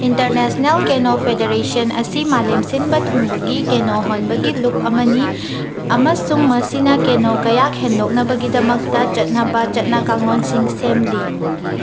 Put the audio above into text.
international ꯀꯦꯅꯣ federation ꯑꯁꯤ ꯃꯥꯂꯦꯝ ꯁꯤꯟꯕ ꯊꯨꯡꯕꯒꯤ ꯀꯦꯅꯣ ꯍꯣꯟꯕꯒꯤ ꯂꯨꯞ ꯑꯃꯅꯤ ꯑꯃꯁꯨꯡ ꯃꯁꯤꯅ ꯀꯦꯅꯣ ꯀꯌꯥꯛ ꯍꯦꯟꯗꯣꯛꯅꯕꯒꯤꯗꯃꯛꯇ ꯆꯠꯅꯕ ꯆꯠꯅ ꯀꯥꯡꯂꯣꯟꯁꯤꯡ ꯁꯦꯝꯂꯤ